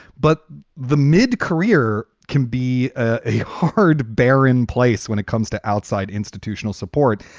but the mid career can be ah a hard, barren place when it comes to outside institutional support,